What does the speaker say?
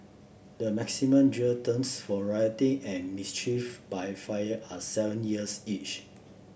the maximum jail terms for rioting and mischief by fire are seven years each